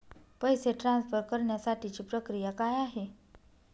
पैसे ट्रान्सफर करण्यासाठीची प्रक्रिया काय आहे?